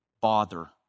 bother